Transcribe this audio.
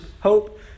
hope